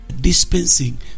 dispensing